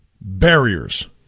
barriers